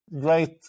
great